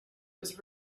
was